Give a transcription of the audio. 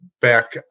back